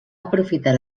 aprofitar